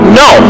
no